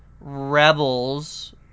Rebels